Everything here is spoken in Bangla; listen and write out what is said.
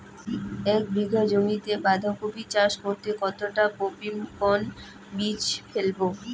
এক বিঘা জমিতে বাধাকপি চাষ করতে কতটা পপ্রীমকন বীজ ফেলবো?